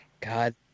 god